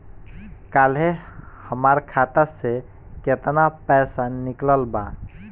काल्हे हमार खाता से केतना पैसा निकलल बा?